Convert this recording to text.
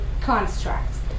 constructs